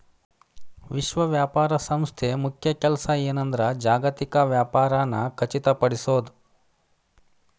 ವಿಶ್ವ ವ್ಯಾಪಾರ ಸಂಸ್ಥೆ ಮುಖ್ಯ ಕೆಲ್ಸ ಏನಂದ್ರ ಜಾಗತಿಕ ವ್ಯಾಪಾರನ ಖಚಿತಪಡಿಸೋದ್